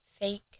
fake